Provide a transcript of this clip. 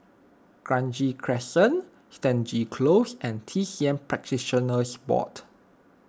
Kranji Crescent Stangee Close and T C M Practitioners Board